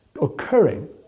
occurring